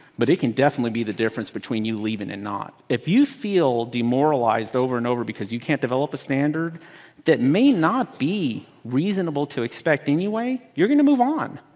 but it can definitely be the difference between you leaving and not. if you feel demoralized over and over because you can't develop a standard that may not be reasonable to expect anyway, you're going to move on.